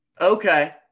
Okay